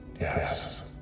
Yes